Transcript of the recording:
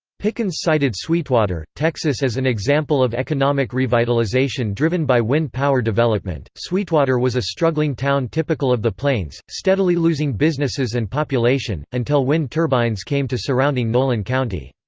pickens cited sweetwater, texas as an example of economic revitalization driven by wind power development sweetwater was a struggling town typical typical of the plains, steadily losing businesses and population, until wind turbines came to surrounding nolan county.